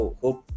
hope